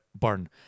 burn